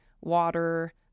water